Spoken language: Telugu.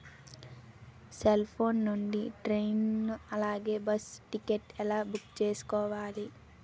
సెల్ ఫోన్ నుండి ట్రైన్ అలాగే బస్సు టికెట్ ఎలా బుక్ చేసుకోవాలి?